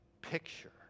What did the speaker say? picture